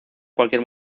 cualquier